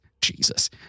Jesus